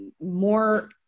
more